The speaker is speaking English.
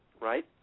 right